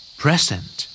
present